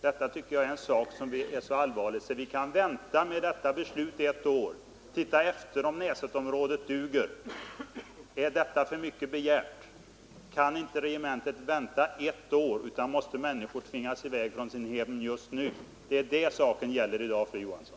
Detta tycker jag är en så allvarlig sak att vi kan vänta med beslutet ett år och se efter om Näsetområdet duger. Är detta för mycket begärt? Kan inte regementet vänta ett år, måste människor tvingas i väg från sina hem just nu? Det är det frågan gäller i dag, fru Johansson.